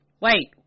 wait